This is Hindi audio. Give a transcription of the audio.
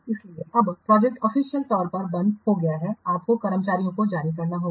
इसलिए अब प्रोजेक्ट ऑफिशियल तौर पर बंद हो गई है आपको कर्मचारियों को जारी करना होगा